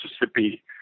Mississippi